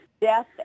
death